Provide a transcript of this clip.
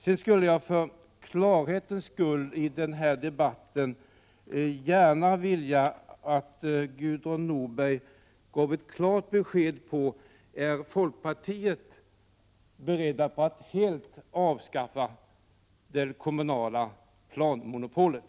Sedan skulle jag, för klarhetens skull i den här debatten, gärna vilja att Gudrun Norberg gav ett klart besked: Är folkpartiet berett att helt avskaffa det kommunala planmonopolet?